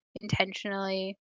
intentionally